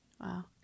Wow